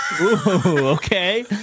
Okay